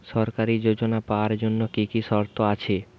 সরকারী যোজনা পাওয়ার জন্য কি কি শর্ত আছে?